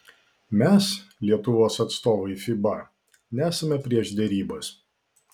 mes lietuvos atstovai fiba nesame prieš derybas